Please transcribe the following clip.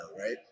right